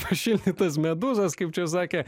pašildytas medūzas kaip čia sakė